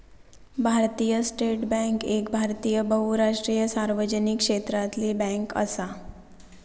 भारतीय state bank एक भारतीय बहुराष्ट्रीय सार्वजनिक क्षेत्रातली बॅन्क असा